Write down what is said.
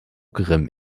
grimm